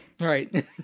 Right